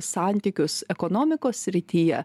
santykius ekonomikos srityje